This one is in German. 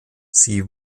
sie